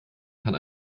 kann